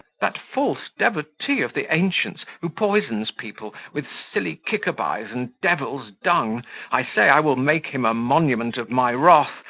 that false devotee of the ancients, who poisons people with sillykicabies and devil's dung i say, i will make him a monument of my wrath,